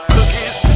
Cookies